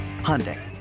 Hyundai